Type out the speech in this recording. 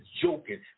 joking